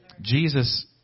Jesus